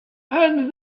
and